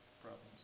problems